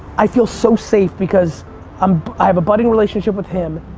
i feel so safe because um i have a budding relationship with him,